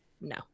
no